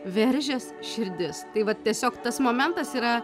veržias širdis tai vat tiesiog tas momentas yra